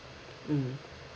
mm